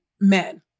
men